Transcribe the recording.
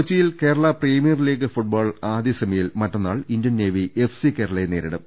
കൊച്ചിയിൽ Kerala premier league football ആദ്യ സെമി യിൽ മറ്റന്നാൾ ഇന്ത്യൻ നേവി എഫ്സി കേരളയെ നേരിടും